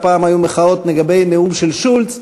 הפעם היו מחאות לגבי הנאום של שולץ.